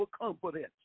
confidence